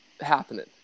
happening